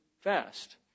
fast